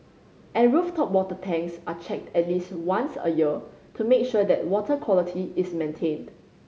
and rooftop water tanks are checked at least once a year to make sure that water quality is maintained